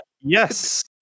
Yes